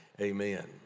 amen